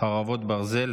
חרבות ברזל),